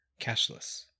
cashless